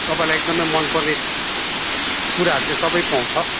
तपाईँलाई एकदमै मनपर्ने कुराहरू त्यो सबै पाउँछ